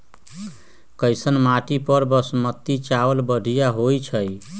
कैसन माटी पर बासमती चावल बढ़िया होई छई?